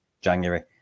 January